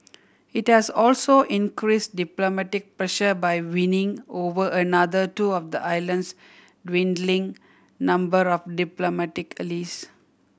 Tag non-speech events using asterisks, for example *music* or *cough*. it has also increased diplomatic pressure by winning over another two of the island's dwindling number of diplomatic *unintelligible*